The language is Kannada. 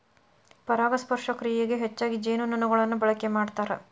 ಪರಾಗಸ್ಪರ್ಶ ಕ್ರಿಯೆಗೆ ಹೆಚ್ಚಾಗಿ ಜೇನುನೊಣಗಳನ್ನ ಬಳಕೆ ಮಾಡ್ತಾರ